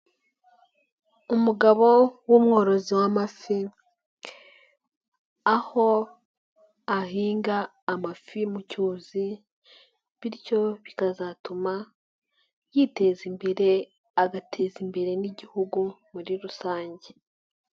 Umugabo w'umworozi w'amafi aho ahinga amafi mu cyuzi, bityo bikazatuma yiteza imbere agateza imbere n'igihugu muri rusange.